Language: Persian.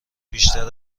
بیشتر